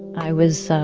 i was